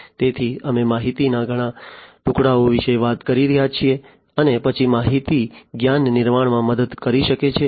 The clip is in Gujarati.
તેથી અમે માહિતીના ઘણા ટુકડાઓ વિશે વાત કરી રહ્યા છીએ અને પછી માહિતી જ્ઞાન નિર્માણમાં મદદ કરી શકે છે